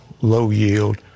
low-yield